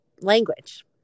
language